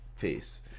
Peace